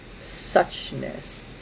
suchness